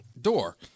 door